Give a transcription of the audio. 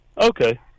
Okay